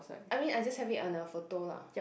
I mean I just have it on a photo lah